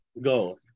Go